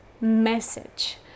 message